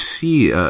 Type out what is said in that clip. see